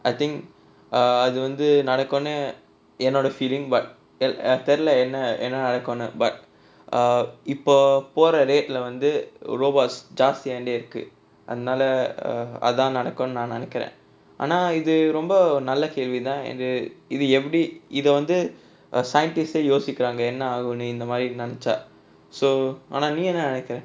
I think இது வந்து நடக்குனு என்னோட:ithu vanthu nadakkunu ennoda feeling but எனக்கு தெரில என்ன என்ன நடக்குனு:enakku therila enna enna nadakkunnu but இப்ப போற:ippa pora rate lah வந்து:vanthu robots ஜாஸ்தி ஆயின்டே இருக்கு அதுனால அதான் நடக்குன்னு நா நினைக்கிறேன் ஆனா இது ரொம்ப நல்ல கேள்வி தான் இது இது எப்படி இது வந்து:jaasthi aayindae irukku athunaala athaan nadakkunnu naa ninaikkiraen aanaa ithu romba nalla kelvi thaan ithu ithu eppadi ithu vanthu scientist யோசிக்குறாங்க என்ன ஆகுனு இந்தமாரி நினைச்சா:yosikkuraanga enna aagunu inthamaari ninaichaa so ஆனா நீ என்ன நினைக்குற:aanaa nee enna ninnaikkura